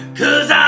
cause